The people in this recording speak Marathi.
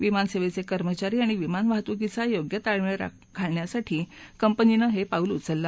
विमानसेवेचे कर्मचारी आणि विमानवाहतूकीचा योग्य ताळमेळ घालण्यासाठी कंपनीनं हे पाऊल उचललं